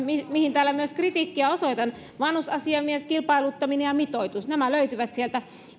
mihin täällä myös kritiikkiä osoitan vanhusasiamies kilpailuttaminen ja mitoitus nämä löytyvät sieltä